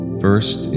first